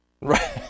Right